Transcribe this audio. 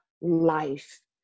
life